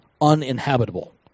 uninhabitable